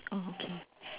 oh okay